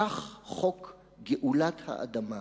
כך חוק גאולת האדמה,